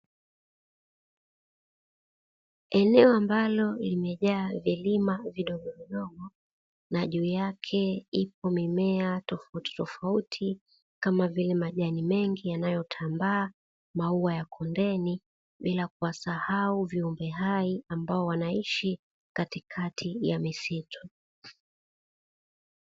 Eneo ambalo limejaa vilima vidogo vidogo na juu yake ipo mimea tofauti tofauti kama vile majani mengi yanayotambaa, maua yako pembeni bila kuwasahau viumbe hai ambao wanaishi katikati ya misitu.